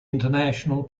international